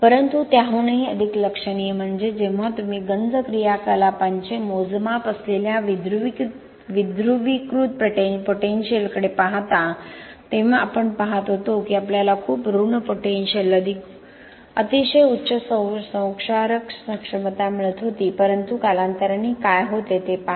परंतु त्याहूनही अधिक लक्षणीय म्हणजे जेव्हा तुम्ही गंज क्रियाकलापांचे मोजमाप असलेल्या विध्रुवीकृत पोटेनिशियलकडे पाहता तेव्हा आपण पाहत होतो की आपल्याला खूप ऋण पोटेनिशियल अतिशय उच्च संक्षारक क्षमता मिळत होती परंतु कालांतराने काय होते ते पहा